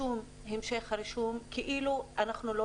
המשך הרישום בבנקים זה כאילו אנחנו לא